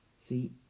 See